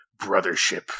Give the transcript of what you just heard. brothership